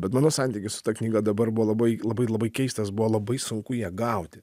bet mano santykis su ta knyga dabar buvo labai labai labai keistas buvo labai sunku ją gauti